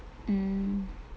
mm